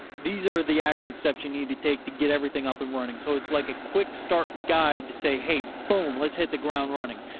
these are the action steps you need to take to get everything up and running. so it's like a quick start guide to say, hey, boom, let's hit the ground running.